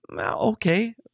Okay